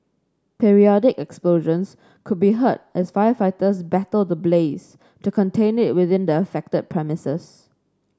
periodic explosions could be heard as firefighters battle the blaze to contain it within the affected premises